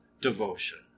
devotion